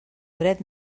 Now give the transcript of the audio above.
dret